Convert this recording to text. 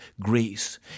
Greece